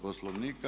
Poslovnika.